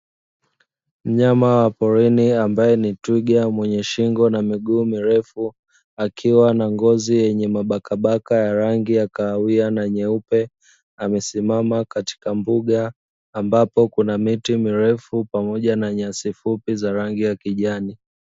Mnyama wa porini ambaye ni twiga. Mwenye shingo na miguu mirefu akiwa na ngozi yenye mabakabaka ya rangi ya kahawia na nyeupe. Amesimama katika mbuga ambapo kuna miti mirefu pamoja na nyasi fupi za rangi ya kijani.